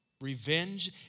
Revenge